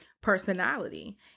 personality